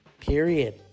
Period